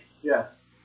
Yes